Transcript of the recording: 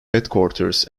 headquarters